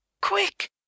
quick